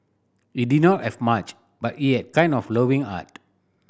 he did not have much but he had kind and loving heart